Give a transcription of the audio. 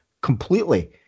completely